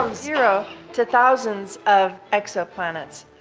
zero to thousands of exoplanets.